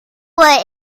what